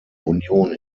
union